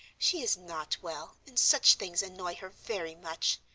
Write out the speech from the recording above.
she is not well, and such things annoy her very much,